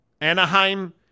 Anaheim